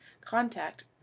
contact